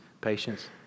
patience